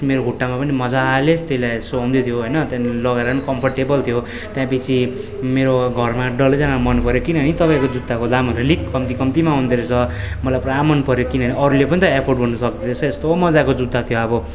मेरो खुट्टामा पनि मजाले त्यसलाई सुहाउँदै थियो होइन त्यहाँदेखिन् लगाएर पनि कम्फोर्टेबल थियो त्यहाँदेखि मेरो घरमा डल्लैजनाले मन पऱ्यो किनभने तपाईँको जुत्ताको दामहरू अलिक कम्ती कम्तीमा आउँदो रहेछ मलाई पुरा मन पऱ्यो किनभने अरूले पनि त एफोर्ड गर्नु सक्दो रहेछ यस्तो मजाको जुत्ता थियो त्यो अब